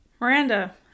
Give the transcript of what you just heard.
Miranda